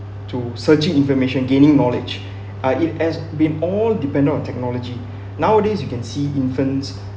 to searching information gaining knowledge uh it has been all dependent on technology nowadays you can see infants